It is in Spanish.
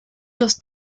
los